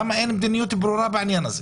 למה אין מדיניות ברורה בעניין הזה?